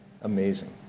Amazing